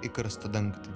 į karsto dangtį